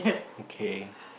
okay